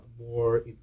more